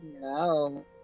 No